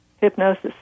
Hypnosis